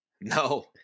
No